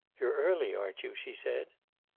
you're early, aren't you? she said.